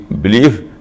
belief